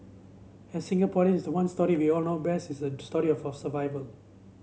as Singaporeans the one story we all know best is the story of survival